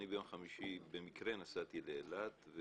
ביום חמישי במקרה נסעתי לאילת,